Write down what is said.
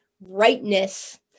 rightness